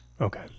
Okay